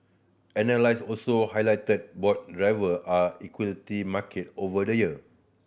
analyst also highlighted broad driver are equity market over the year